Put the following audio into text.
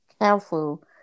careful